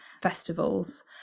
festivals